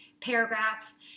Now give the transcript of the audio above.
paragraphs